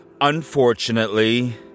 Unfortunately